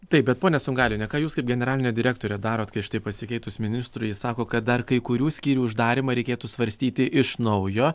taip bet pone sungailiene ką jūs kaip generalinė direktorė darot kai aš taip pasikeitus ministrui sako kad dar kai kurių skyrių uždarymą reikėtų svarstyti iš naujo